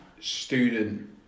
student